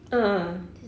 ah ah ah